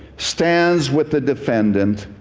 stands with the defendant,